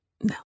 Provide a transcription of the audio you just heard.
No